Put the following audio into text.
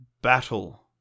Battle